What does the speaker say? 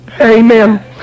Amen